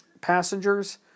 passengers